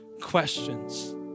questions